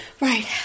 Right